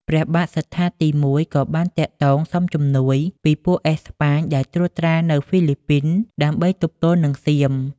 ព្រះបាទសត្ថាទី១ ក៏បានទាក់ទងសុំជំនួយពីពួកអេស្ប៉ាញដែលត្រួតត្រានៅហ្វីលីពីន ដើម្បីទប់ទល់នឹងសៀម។